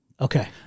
Okay